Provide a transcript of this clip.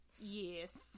Yes